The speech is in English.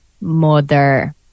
mother